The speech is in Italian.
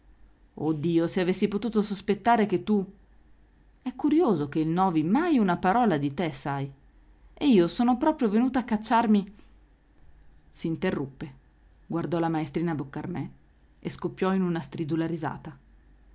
dio se avessi potuto sospettare che tu è curioso che il novi mai una parola di te sai e io sono proprio venuta a cacciarmi s'interruppe guardò la maestrina boccarmè e scoppiò in una stridula risata